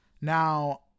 Now